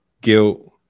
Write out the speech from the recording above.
guilt